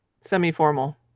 Semi-formal